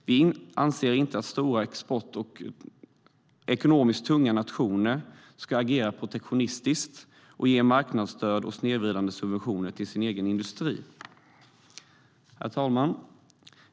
Vi anser inte att stora exportnationer och ekonomiskt tunga nationer ska agera protektionistiskt och ge marknadsstöd och snedvridande subventioner till sin egen industri. Herr talman!